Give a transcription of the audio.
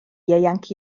ieuanc